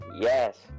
yes